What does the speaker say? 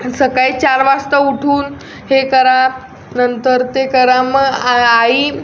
सकाळी चार वाजता उठून हे करा नंतर ते करा मग आ आई